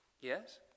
Yes